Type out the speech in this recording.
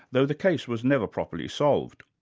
though the case was never properly solved.